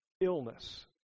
illness